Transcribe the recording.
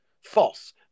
false